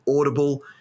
audible